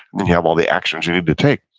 then you have all the actions you need to take.